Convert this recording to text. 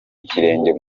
ikirenge